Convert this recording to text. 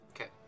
Okay